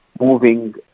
moving